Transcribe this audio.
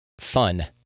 fun